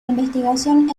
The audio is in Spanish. investigación